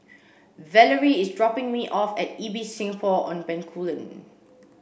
Valorie is dropping me off at Ibis Singapore on Bencoolen